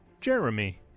Jeremy